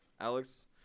Alex